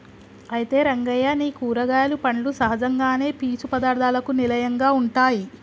అయితే రంగయ్య నీ కూరగాయలు పండ్లు సహజంగానే పీచు పదార్థాలకు నిలయంగా ఉంటాయి